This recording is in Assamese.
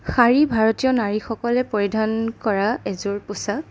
শাড়ী ভাৰতীয় নাৰীসকলে পৰিধান কৰা এজোৰ পোচাক